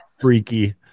freaky